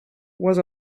was